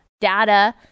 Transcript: data